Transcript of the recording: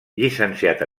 llicenciat